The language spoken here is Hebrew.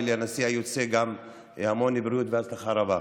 וגם לנשיא היוצא המון בריאות והצלחה רבה.